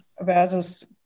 versus